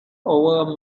over